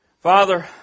Father